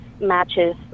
matches